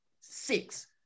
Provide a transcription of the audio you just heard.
Six